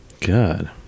God